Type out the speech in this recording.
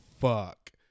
fuck